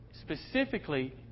specifically